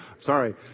sorry